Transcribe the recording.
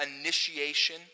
initiation